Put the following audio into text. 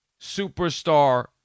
superstar